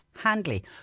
Handley